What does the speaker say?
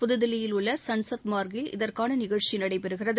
புதுதில்லியில் உள்ள சன்சத் மார்க்கில் இதற்கான நிகழ்ச்சி நடைபெறுகிறது